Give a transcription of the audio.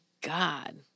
God